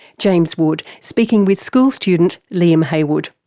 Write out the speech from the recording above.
james wood, speaking with school student liam heywood.